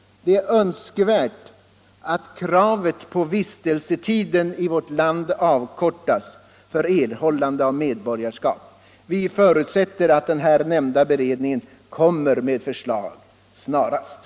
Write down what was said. Det är önskvärt att kravet på vistelsetid i vårt land sänks för erhållande = Riktlinjer för av medborgarskap. Vi förutsätter att den nämnda beredningen kommer = invandraroch med ett förslag snarast.